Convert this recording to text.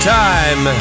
time